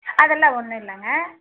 அதெல்லாம் ஒன்றும் இல்லைங்க